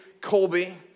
Colby